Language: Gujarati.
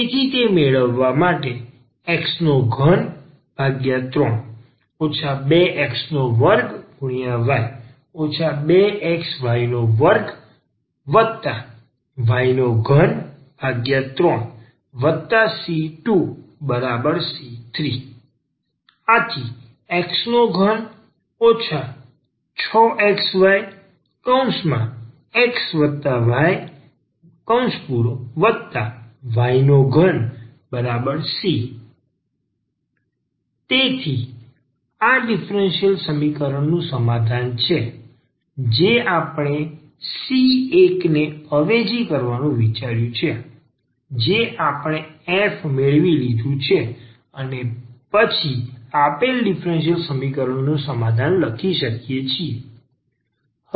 તેથી મેળવવા માટે ⟹x33 2x2y 2xy2y33c2c3 x3 6xyxyy3c તેથી આ આ ડિફરન્સલ સમીકરણ નું સમાધાન છે જે આપણે c 1 ને અવેજી કરવાનું વિચાર્યું છે જે આપણે f મેળવી લીધું છે અને પછી આપેલ ડિફરન્સલ સમીકરણ નું સમાધાન લખી શકીએ છીએ